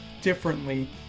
differently